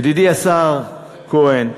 ידידי השר כהן,